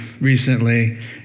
recently